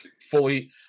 fully